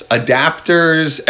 adapters